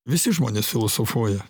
visi žmonės filosofuoja